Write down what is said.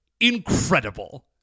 incredible